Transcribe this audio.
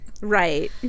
Right